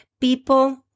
people